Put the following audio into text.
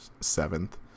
seventh